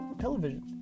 television